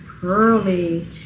Curly